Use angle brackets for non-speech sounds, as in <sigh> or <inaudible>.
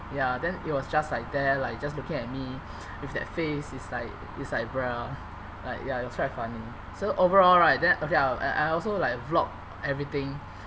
ya then it was just like there like just looking at me <breath> with that face it's like it's like bruh like ya it was quite funny so overall right then okay lah I I also like vlog everything